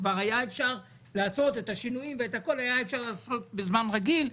כבר אפשר היה לעשות את השינויים בזמן רגיל,